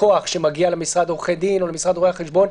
לקוח שמגיע למשרד עורכי דין או למשרד רואי חשבון,